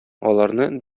аларны